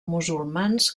musulmans